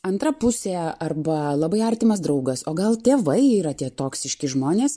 antra pusė arba labai artimas draugas o gal tėvai yra tie toksiški žmonės